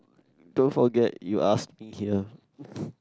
don't forget you asking here